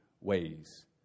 ways